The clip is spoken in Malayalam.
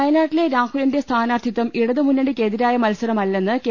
വയനാട്ടിലെ രാഹുലിന്റെ സ്ഥാനാർത്ഥിത്വം ഇടത് മുന്നണിക്കെ തിരായ മത്സരമല്ലെന്ന് കെ